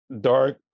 dark